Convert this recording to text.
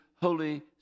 Holy